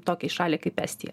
tokiai šaliai kaip estija